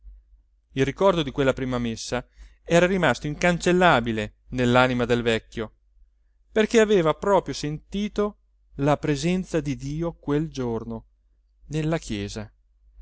il ricordo di quella prima messa era rimasto incancellabile nell'anima del vecchio perché aveva proprio sentito la presenza di dio quel giorno nella chiesa